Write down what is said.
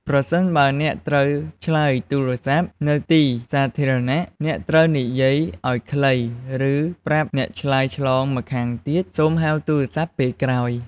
ប្រសិនបើអ្នកត្រូវឆ្លើយទូរស័ព្ទ នៅទីសាធារណៈ អ្នកត្រូវនិយាយឲ្យខ្លី ឬប្រាប់អ្នកឆ្លើយឆ្លងម្ខាងទៀត សុំហៅទូរស័ព្ទពេលក្រោយ។